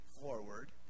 forward